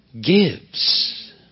gives